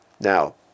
Now